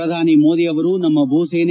ಪ್ರಧಾನಿ ಮೋದಿ ಅವರು ನಮ್ನ ಭೂಸೇನೆ